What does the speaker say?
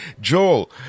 Joel